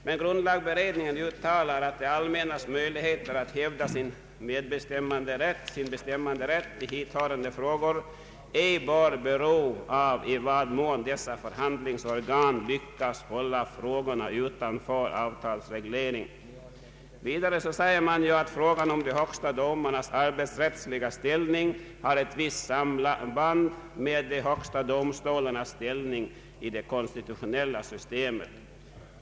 Men grundlagberedningen uttalar att det allmännas möjligheter att hävda sin bestämmanderätt i hithörande frågor ej bör bero av i vad mån dessa förhandlingsorgan lyckas hålla frågorna utanför avtalsreglering. Vidare säger man att frågan om de högsta domarnas arbetsrättsliga ställning har ett visst samband med de högsta domstolarnas ställning i det konstitutionella systemet.